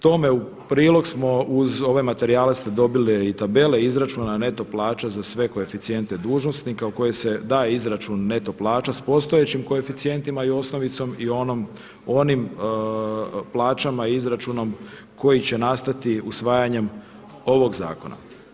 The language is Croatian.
To me u prilog smo uz ove materijale ste dobili i tabele izračuna neto plaća za sve koeficijente dužnosnika u koje se daje izračun neto plaća s postojećim koeficijentima i osnovicom i onim plaćama i izračunom koji će nastati usvajanjem ovog zakona.